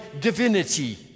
divinity